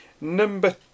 Number